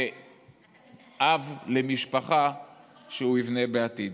כאב למשפחה שהוא יבנה בעתיד.